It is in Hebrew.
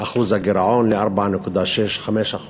אחוז הגירעון, ל-4.65%,